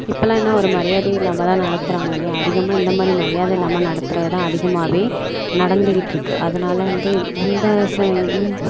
இப்போல்லாம் என்ன ஒரு மரியாதை இல்லாம தான் நடத்துறாங்களே அதிகமாக இந்த மாதிரி மரியாதை இல்லாம நடத்துறது தான் அதிகமாகவே நடந்துகிட்டுருக்கு அதனால வந்து இந்த ச இந்த